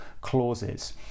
clauses